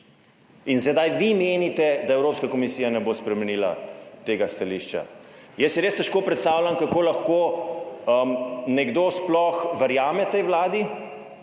In sedaj vi menite, da Evropska komisija ne bo spremenila tega stališča. Jaz si res težko predstavljam, kako lahko nekdo sploh verjame tej vladi,